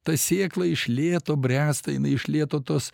ta sėkla iš lėto bręsta jinai iš lėto tuos